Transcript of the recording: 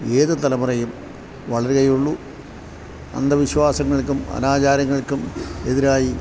ഏത് തലമുറയും വളരുകയുള്ളു അന്ധവിശ്വാസങ്ങൾക്കും അനാചാരങ്ങൾക്കും എതിരായി